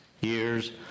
years